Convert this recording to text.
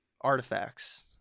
artifacts